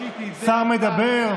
השר מדבר.